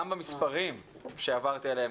גם במספרים שעברתי עליהם,